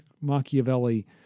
Machiavelli—